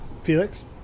Felix